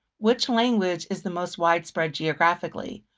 which language is the most widespread geographically?